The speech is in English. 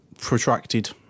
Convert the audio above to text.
protracted